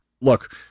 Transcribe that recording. Look